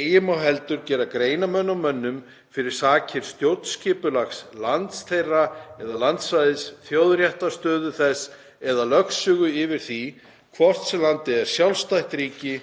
Eigi má heldur gera greinarmun á mönnum fyrir sakir stjórnskipulags lands þeirra eða landsvæðis, þjóðréttarstöðu þess eða lögsögu yfir því, hvort sem landið er sjálfstætt ríki,